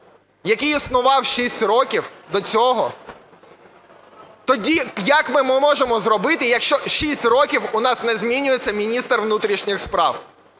який існував 6 років до цього, тоді як ми це можемо зробити, якщо 6 років у нас не змінюється міністр внутрішніх справ?